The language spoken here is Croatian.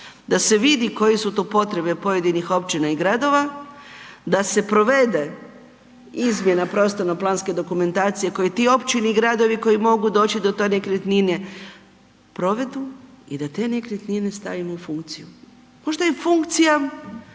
da se vidi koje su to potrebe pojedinih općina i gradova, da se provede izmjena prostorno-planske dokumentacije koje te općine i gradove koji mogu doći do te nekretnine provedu i da te nekretnine stavimo u funkciju. Možda je funkcija